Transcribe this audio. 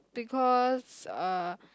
because uh